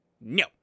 No